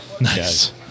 Nice